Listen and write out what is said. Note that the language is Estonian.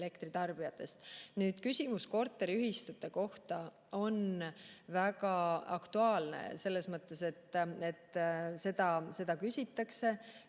Küsimus korteriühistute kohta on väga aktuaalne selles mõttes, et seda küsitakse.